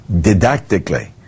didactically